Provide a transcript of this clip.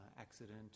accident